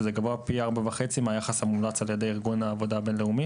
שזה גבוה פי ארבעה וחצי מהיחס המומלץ על ידי ארגון העבודה הבין-לאומי,